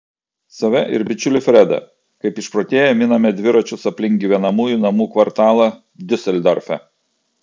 save ir bičiulį fredą kaip išprotėję miname dviračius aplink gyvenamųjų namų kvartalą diuseldorfe